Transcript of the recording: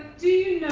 do you